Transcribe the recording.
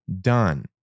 done